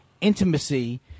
intimacy